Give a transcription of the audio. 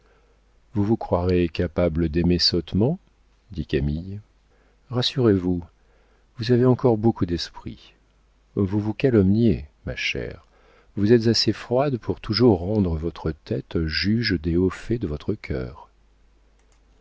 vous vous croyez capable d'aimer sottement dit camille rassurez-vous vous avez encore beaucoup d'esprit vous vous calomniez ma chère vous êtes assez froide pour toujours rendre votre tête juge des hauts faits de votre cœur